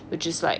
which is like